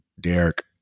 Derek